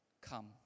Come